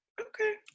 okay